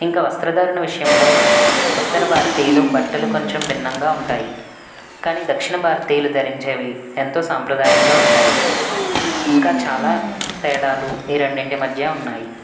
ఇంకా వస్త్రధారణ విషయంలో ఉత్తర భారతీయులు బట్టలు కొంచెం భిన్నంగా ఉంటాయి కానీ దక్షిణ భారతీయులు ధరించేవి ఎంతో సంప్రదాయంగా ఉంటాయి ఇంకా చాలా తేడాలు ఈ రెండింటి మధ్య ఉన్నాయి